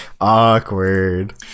Awkward